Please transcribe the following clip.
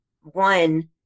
one